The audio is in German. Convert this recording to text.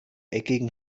eckigen